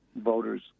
voters